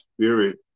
spirit